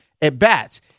at-bats